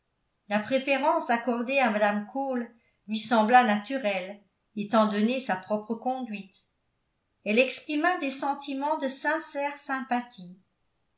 la préférence accordée à mme cole lui sembla naturelle étant donné sa propre conduite elle exprima des sentiments de sincère sympathie